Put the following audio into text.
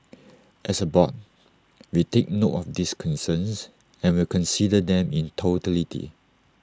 as A board we take note of these concerns and will consider them in totality